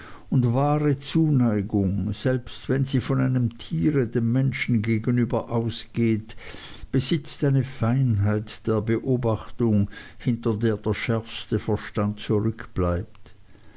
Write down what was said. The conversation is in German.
und wahre zuneigung selbst wenn sie von einem tiere dem menschen gegenüber ausgeht besitzt eine feinheit der beobachtung hinter der der schärfste verstand zurückbleibt